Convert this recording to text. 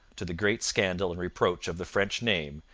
to the great scandal and reproach of the french name,